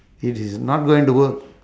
it is not going to work